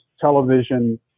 television